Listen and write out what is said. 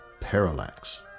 Parallax